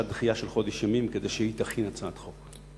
דחייה של חודש ימים כדי שהיא תכין הצעת חוק.